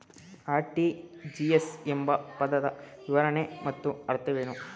RTGS ಎಂಬ ಪದದ ವಿವರಣೆ ಮತ್ತು ಅರ್ಥವೇನು?